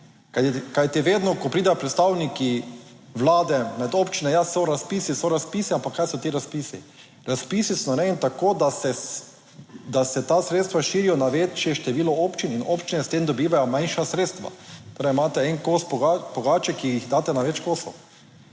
Kajti vedno, ko pridejo predstavniki Vlade med občine, ja, so razpisi, so razpisi, ampak kaj so ti razpisi? Razpisi so narejeni tako, da se, da se ta sredstva širijo na večje število občin in občine s tem dobivajo manjša sredstva. Torej imate en kos pogače, ki jih daste na več kosov.